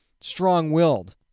strong-willed